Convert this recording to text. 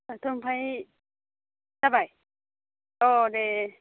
दाथ' ओमफ्राय जाबाय अह दे